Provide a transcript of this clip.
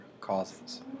causes